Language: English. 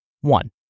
One